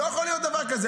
לא יכול להיות דבר כזה.